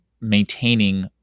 maintaining